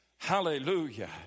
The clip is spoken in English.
Hallelujah